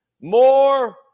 More